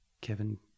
Kevin